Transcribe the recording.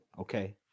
Okay